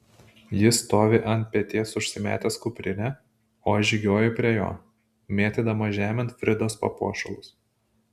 jis stovi ant peties užsimetęs kuprinę o aš žygiuoju prie jo mėtydama žemėn fridos papuošalus